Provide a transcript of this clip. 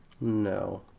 No